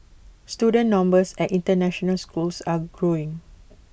student numbers at International schools are growing